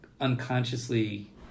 unconsciously